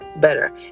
better